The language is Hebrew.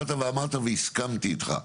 באת ואמרת והסכמתי איתך,